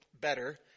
better